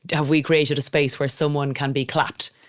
have we created a space where someone can be clapped,